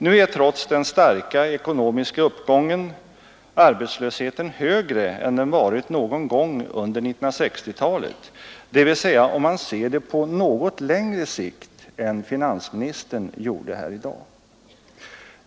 Nu är trots den starka ekonomiska uppgången arbetslösheten högre än den varit någon gång under 1960 talet, dvs. om man ser det på något längre sikt än finansministern gjorde här i dag.